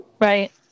right